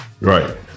Right